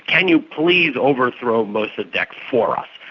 can you please overthrow mossadeq for us?